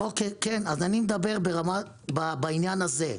אני מדבר על העניין הזה,